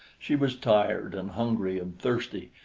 she was tired and hungry and thirsty,